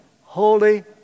Holy